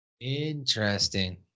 interesting